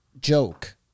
joke